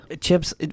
Chips